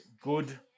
good